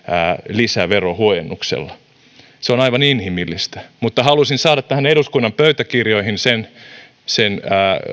lisäverohuojennuksella se on aivan inhimillistä mutta halusin saada eduskunnan pöytäkirjoihin sen sen